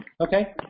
Okay